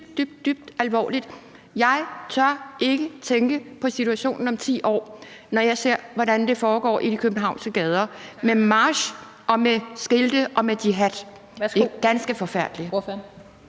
dybt alvorligt. Jeg tør ikke tænke på, hvordan situationen er om 10 år, når jeg ser, hvordan det foregår i de københavnske gader, med marcher, skilte og råb om jihad. Det er ganske forfærdeligt.